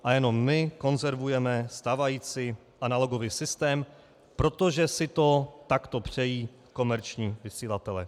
A jenom my konzervujeme stávající analogový systém, protože si to takto přejí komerční vysílatelé.